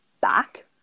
back